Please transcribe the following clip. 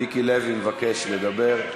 מיקי לוי מבקש לדבר.